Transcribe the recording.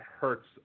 hurts